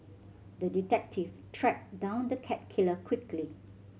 the detective tracked down the cat killer quickly